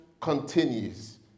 continues